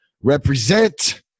Represent